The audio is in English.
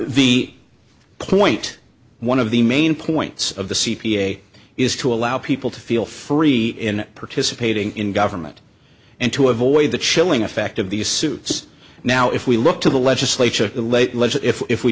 the point one of the main points of the c p a is to allow people to feel free in participating in government and to avoid the chilling effect of these suits now if we look to the legislature of